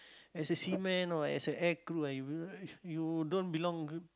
as a seaman or as a air crew uh you don't belong